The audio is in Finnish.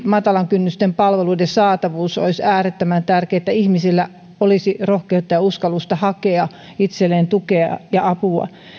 matalan kynnyksen palveluiden mahdollisimman helppo saatavuus olisi äärettömän tärkeää jotta ihmisillä olisi rohkeutta ja uskallusta hakea itselleen tukea ja apua